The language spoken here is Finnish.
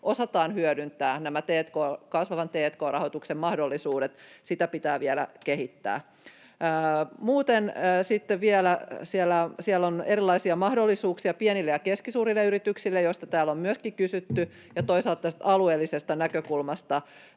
osataan hyödyntää nämä kasvavan t&k-rahoituksen mahdollisuudet, pitää vielä kehittää. Sitten vielä siellä on erilaisia mahdollisuuksia pienille ja keskisuurille yrityksille, joista täällä on myöskin kysytty, ja toisaalta tästä alueellisesta näkökulmasta.